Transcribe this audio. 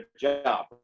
job